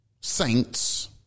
saints